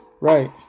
Right